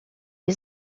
les